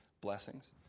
blessings